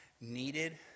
needed